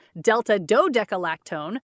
delta-dodecalactone